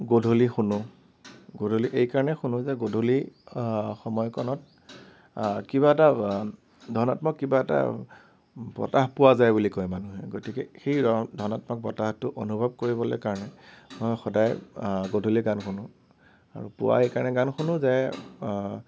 গধূলি শুনো গধূলি এই কাৰণে শুনো যে গধূলি সময়কণত কিবা এটা ধনাত্মক কিবা এটা বতাহ পোৱা যায় বুলি কয় মানুহে গতিকে সেই ধনাত্মক বতাহটো অনুভৱ কৰিবলৈ কাৰণে মই সদায় গধূলি গান শুনো আৰু পুৱা এইকাৰণে গান শুনো যে